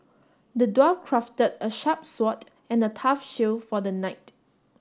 the dwarf crafted a sharp sword and a tough shield for the knight